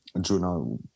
Juno